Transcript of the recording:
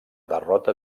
derrota